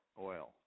oil